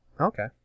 Okay